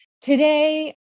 today